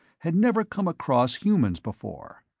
had never come across humans before.